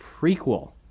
prequel